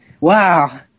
Wow